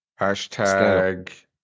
Hashtag